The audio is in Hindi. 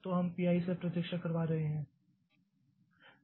तो हम P i से प्रतीक्षा करवा रहे है